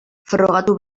frogatu